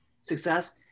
success